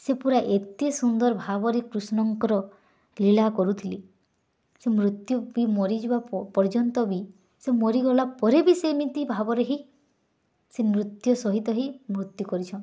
ସେ ପୂରା ଏତେ ସୁନ୍ଦର୍ ଭାବରେ କୃଷ୍ଣଙ୍କର ଲୀଳା କରୁଥିଲେ ଯେ ମୃତ୍ୟୁ ବି ମରିଯିବା ପର୍ଯ୍ୟନ୍ତ ବି ସେ ମରିଗଲା ପରେ ବି ସେମିତି ଭାବରେ ହିଁ ସେ ନୃତ୍ୟ ସହିତ ହି ମୃତ୍ୟୁ କରିଛନ୍